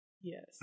Yes